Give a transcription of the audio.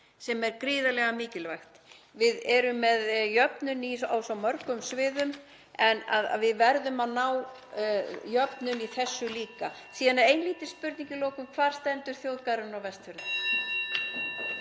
sem er gríðarlega mikilvægt. Við erum með jöfnun á svo mörgum sviðum en við verðum að ná jöfnun í þessu líka. Síðan er eilítil spurning í lokin: Hvar stendur þjóðgarðurinn